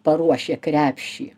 paruošę krepšį